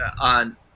on